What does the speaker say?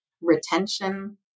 retention